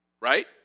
right